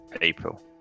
April